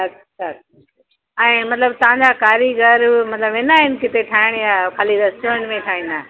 अच्छा ऐं मतलबु तव्हांजा कारीगर मतलबु वेंदा आहिनि किथे ठाहिण या ख़ाली रेस्टोरेंट में ठाहींदा